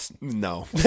No